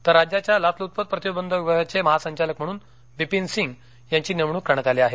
तर राज्याच्या लाचलूचपत प्रतिबंधक विभागाचे महासंचालक म्हणून बिपीन सिंग यांची नेमणूक करण्यात आली आहे